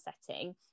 setting